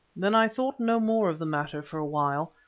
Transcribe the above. then i thought no more of the matter for a while,